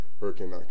Hurricane